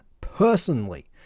personally